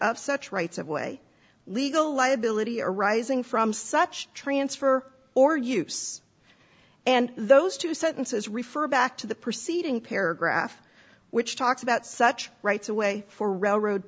of such rights of way legal liability arising from such transfer or use and those two sentences refer back to the preceeding paragraph which talks about such rights away for railroad